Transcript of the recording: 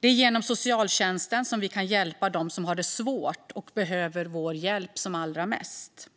Det är genom socialtjänsten som vi kan hjälpa dem som har det svårt och behöver vår hjälp som allra mest.